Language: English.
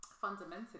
fundamentally